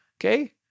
Okay